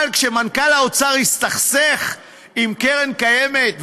אבל כשמנכ"ל האוצר הסתכסך עם קרן קיימת,